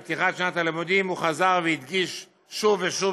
עם פתיחת שנת הלימודים הוא חזר והדגיש שוב ושוב,